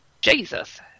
Jesus